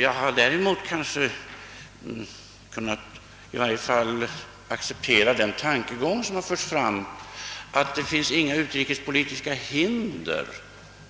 Jag har däremot kunnat i varje fall acceptera den tankegång som har förts fram, att det inte finns några utrikespolitiska hinder